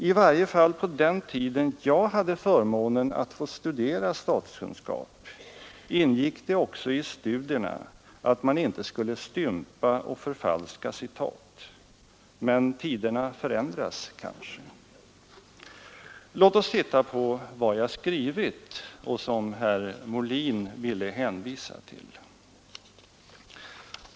I varje fall på den tiden då jag hade förmånen att få studera statskunskap ingick det i studierna att man inte skulle stympa och förfalska citat. Men tiderna förändras kanske. Låt oss titta på det som jag skrivit och som herr Molin ville hänvisa till.